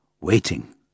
waiting